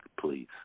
please